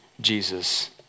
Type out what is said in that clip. Jesus